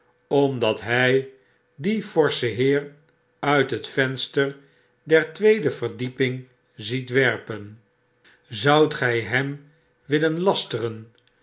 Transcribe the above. omdat hij dien forschen heer uit het venster der tweede verdieping ziet werpen zoudt gy hem willen lasteren